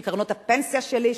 של קרנות הפנסיה שלי,